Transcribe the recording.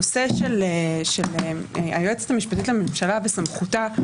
הנושא של היועצת המשפטית לממשלה וסמכותה,